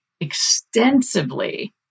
Extensively